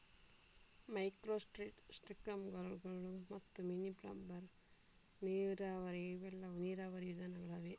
micro ಸ್ಪ್ರಿಂಕ್ಲರುಗಳು ಮತ್ತು mini bubbler ನೀರಾವರಿ ಇವೆಲ್ಲವೂ ನೀರಾವರಿ ವಿಧಾನಗಳಾಗಿವೆ